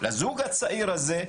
לזוג הצעיר הזה,